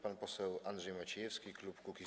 Pan poseł Andrzej Maciejewski, klub Kukiz’15.